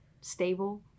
stable